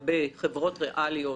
מעגליות.